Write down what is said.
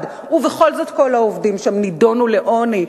ובכל זאת כל העובדים שם נידונו לעוני,